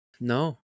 No